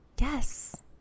Yes